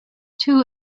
two